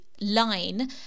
line